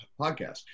podcast